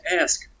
ask